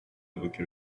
évoquer